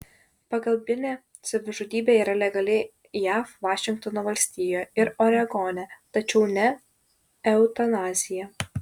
pagalbinė savižudybė yra legali jav vašingtono valstijoje ir oregone tačiau ne eutanazija